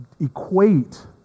equate